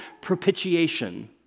propitiation